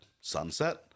sunset